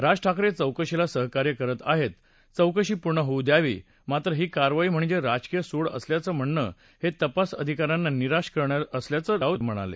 राज ठाकरे चौकशीला सहकार्य करत आहेत चौकशी पूर्ण होऊ द्यावी मात्र ही कारवाई म्हणजे राजकीय सूड असल्याचं म्हणणं हे तपास अधिकाऱ्यांना निराश करणं असल्याचं राऊत म्हणाले